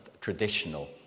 traditional